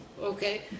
Okay